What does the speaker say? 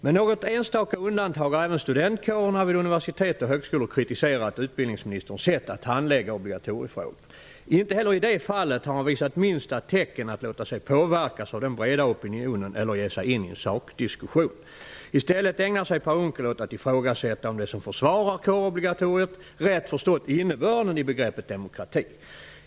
Med något enstaka undantag har alla studentkårer vid universitet och högskolor kritiserat utbildningsministerns sätt att handlägga obligatoriefrågan. Inte heller i det fallet har han visat minsta tecken till att ha låtit sig påverkas av den breda opinionen eller att ge sig in i en sakdiskussion. I stället ägnar sig Per Unckel åt att ifrågasätta om de som försvarar kårobligatoriet rätt har förstått innebörden av begreppet demokrati.